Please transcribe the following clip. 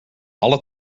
alle